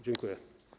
Dziękuję.